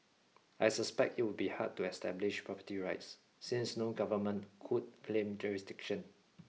I suspect it would be hard to establish property rights since no government could claim jurisdiction